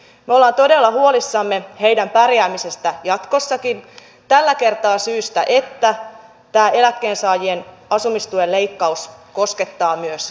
me olemme todella huolissamme heidän pärjäämisestään jatkossakin tällä kertaa syystä että tämä eläkkeensaajien asumistuen leikkaus koskettaa myös heitä